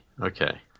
Okay